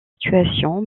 situation